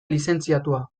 lizentziatua